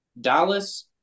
Dallas